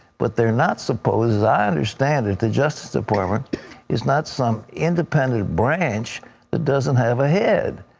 but they are not supposed as i understand it, the justice department is not some independent branch that doesn't have a head.